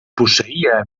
posseïa